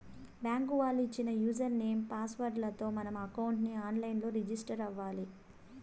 bank వాళ్ళు ఇచ్చిన user name, password లతో మనం అకౌంట్ ని ఆన్ లైన్ లో రిజిస్టర్ అవ్వాలి